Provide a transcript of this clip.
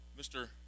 mr